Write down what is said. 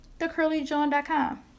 TheCurlyJohn.com